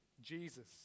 Jesus